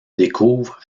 découvre